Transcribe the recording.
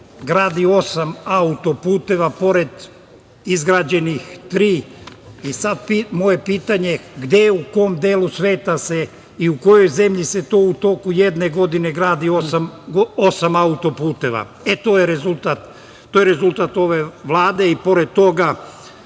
gradi osam autoputeva pored izgrađenih tri. Sad, moje pitanje, gde, u kom delu sveta i u kojoj zemlji se to u toku jedne godine gradi osam autoputeva? To je rezultat ove Vlade. Pored toga